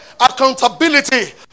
accountability